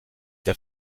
der